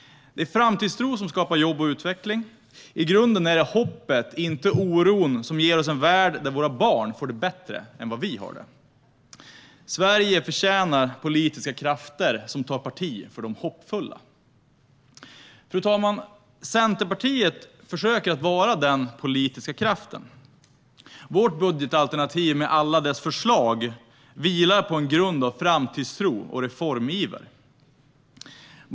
Det är framtidstro som skapar jobb och utveckling. I grunden är det hoppet, inte oron, som ger oss en värld där våra barn får det bättre än vad vi har det. Sverige förtjänar politiska krafter som tar parti för de hoppfulla. Fru talman! Centerpartiet försöker vara den politiska kraften. Vårt budgetalternativ med alla dess förslag vilar på en grund av framtidstro och reformiver.